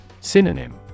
Synonym